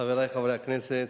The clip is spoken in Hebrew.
חברי חברי הכנסת,